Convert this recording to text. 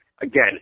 again